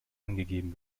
angegeben